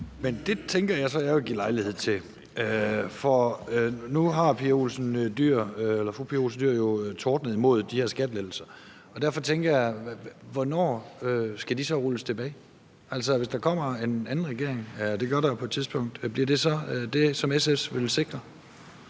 Men det tænker jeg så jeg vil give lejlighed til. For nu har fru Pia Olsen Dyhr jo tordnet imod de her skattelettelser, og derfor tænker jeg: Hvornår skal de så rulles tilbage? Hvis der kommer en anden regering – og det gør der jo på et tidspunkt – bliver det så det, som SF vil sikre?